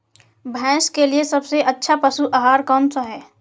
भैंस के लिए सबसे अच्छा पशु आहार कौन सा है?